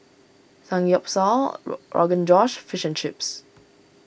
Samgyeopsal Rogan Josh Fish and Chips